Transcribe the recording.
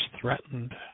threatened